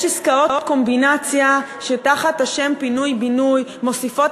יש עסקאות קומבינציה שתחת השם פינוי-בינוי מוסיפות